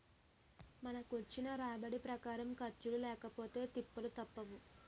మనకొచ్చిన రాబడి ప్రకారం ఖర్చులు లేకపొతే తిప్పలు తప్పవు